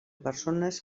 persones